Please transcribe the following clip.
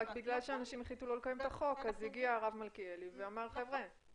רק בגלל שאנשים החליטו לא לקיים את החוק הגיע הרב מלכיאלי וביקש לתקן.